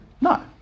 No